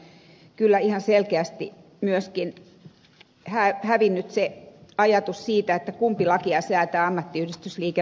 meillä on kyllä ihan selkeästi myöskin hävinnyt se ajatus siitä kumpi lakia säätää ammattiyhdistysliike vai eduskunta